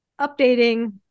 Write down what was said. updating